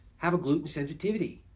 have a gluten sensitivity,